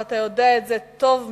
ואתה יודע את זה טוב מאוד,